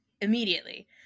Immediately